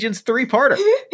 three-parter